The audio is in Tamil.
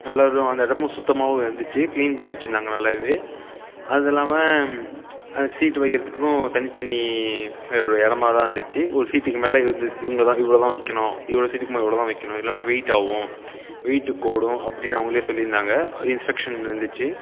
நல்லா ஒரு அந்த இடமும் சுத்தமாகவும் இருந்துச்சு க்ளீன் பண்ணி வைச்சிருந்தாங்க நல்லாவே அது இல்லாமல் அது சீட் வைக்கிறதுக்கும் தனி தனி இடமா தான் இருந்துச்சு ஒரு சீட்டுக்கு மேலே இவங்க இவ்வளோ இவ்வளோ தான் வைக்கணும் இவ்வளோ சீட்டுக்கு மேலே இவ்வளோ தான் வைக்கணும் இல்லைனா வெயிட் ஆகும் வெயிட் கூடும் அப்படின்னு அவங்களே சொல்லியிருந்தாங்க இன்ஸ்ட்ரக்ஷன் இருந்துச்சு